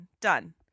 Done